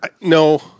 No